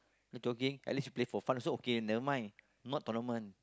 jogging at least you play for fun also okay never mind not tournament